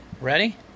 Ready